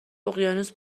اقیانوس